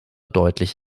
deutlich